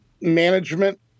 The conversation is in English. management